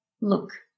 look